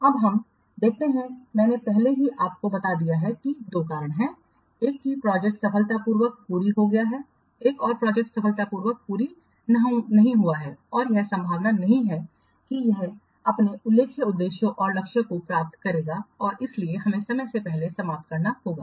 अब हम देखते हैं कि मैंने पहले ही आपको बता दिया है कि दो कारण हैं एक कि प्रोजेक्ट सफलतापूर्वक पूरी हो गई है एक और प्रोजेक्ट सफलतापूर्वक पूरी नहीं हुई है और यह संभावना नहीं है कि यह अपने उल्लिखित उद्देश्यों और लक्ष्यों को प्राप्त करेगी और इसलिए हमें समय से पहले समाप्त करना होगा